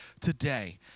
today